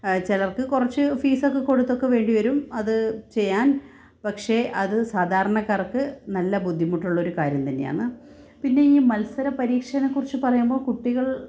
ചിലര്ക്ക് കുറച്ച് ഫീസൊക്കെ കൊടുത്തൊക്കെ വേണ്ടി വരും അത് ചെയ്യാന് പക്ഷേ അത് സാധാരണക്കാര്ക്ക് നല്ല ബുദ്ധിമുട്ടുള്ളൊരു കാര്യം തന്നെയാണ് പിന്നെ ഈ മത്സര പരീക്ഷയെ കുറിച്ച് പറയുമ്പം കുട്ടികള്